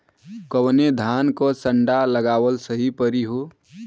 कवने धान क संन्डा लगावल सही परी हो?